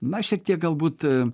na šiek tiek galbūt